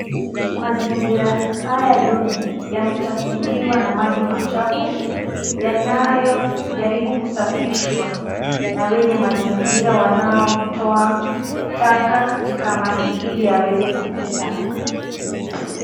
Mazingira haya duni yamechafuliwa na maji machafu yanayojaribu kusafishwa na wenye mazingira wanaotoa taka katika maji ili yaweze kupita.